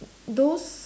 those